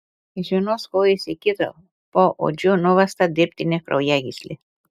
iš vienos kojos į kitą paodžiu nuvesta dirbtinė kraujagyslė